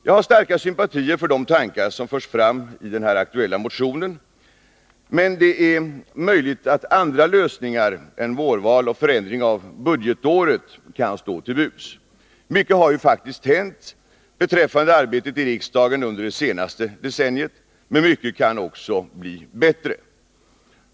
Jag har starka sympatier för de tankar som förs fram i den aktuella motionen, men det är möjligt att andra lösningar än vårval och förändring av budgetåret kan stå till buds. Mycket har faktiskt hänt under det senaste decenniet beträffande arbetet i riksdagen, men mycket kan också bli bättre.